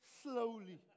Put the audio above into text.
slowly